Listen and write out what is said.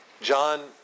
John